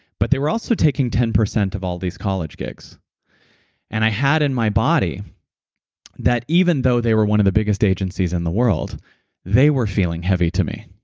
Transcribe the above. but they were also taken ten percent of all these college gigs and i had in my body that even though they were one of the biggest agencies in the world they were feeling heavy to me.